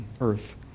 earth